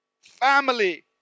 Family